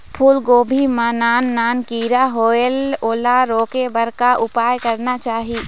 फूलगोभी मां नान नान किरा होयेल ओला रोके बर का उपाय करना चाही?